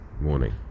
morning